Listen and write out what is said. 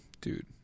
dude